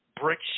brick